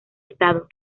estado